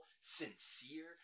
sincere